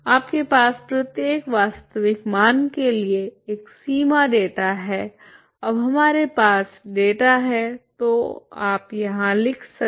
आपके पास प्रत्येक वास्तविक मान के लिए एक सीमा डेटा है अब हमारे पास डेटा है तो आप यहां लिख सकें